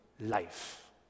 life